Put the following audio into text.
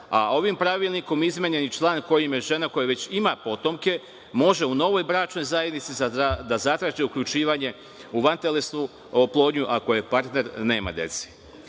ovim pravilnikom izmenjen je član kojim žena koja već ima potomke može u novoj bračnoj zajednici da zatraži uključivanje u vantelesnu oplodnju ako joj partner nema dece.I